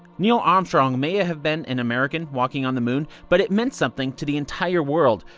neil armstrong may ah have been an american walking on the moon, but it meant something to the entire world.